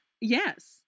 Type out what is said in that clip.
yes